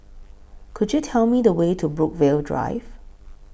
Could YOU Tell Me The Way to Brookvale Drive